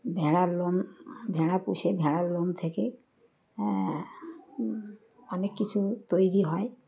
ভেড়ার লোম ভেড়া পুষে ভেড়ার লোম থেকে অনেক কিছু তৈরি হয়